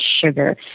sugar